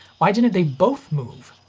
why didn't they both move?